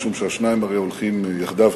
משום שהשניים הרי הולכים יחדיו,